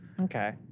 Okay